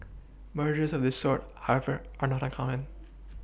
mergers of this sort however are not uncommon